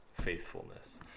faithfulness